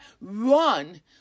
run